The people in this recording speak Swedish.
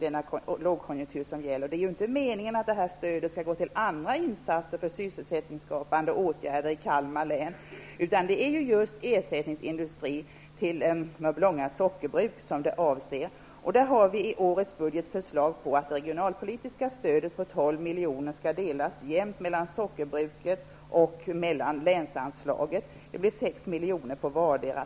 Det är inte meningen att detta stöd skall gå till andra insatser för sysselsättningsskapande åtgärder i Kalmar län, utan det är just ersättningsindustri för Mörbylånga sockerbruk som det avser. Där har vi i årets budget förslag om att det regionalpolitiska stödet på 12 miljoner skall delas jämnt mellan sockerbruket och länsanslaget. Det blir 6 miljoner på vardera.